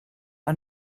ond